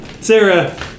Sarah